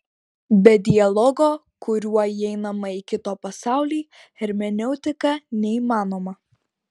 be dialogo kuriuo įeinama į kito pasaulį hermeneutika neįmanoma